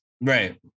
Right